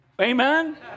Amen